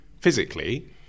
physically